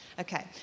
Okay